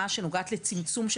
ויעדים במתן שירות לבני הגיל השלישי.